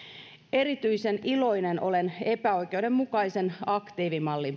erityisen iloinen olen epäoikeudenmukaisen aktiivimallin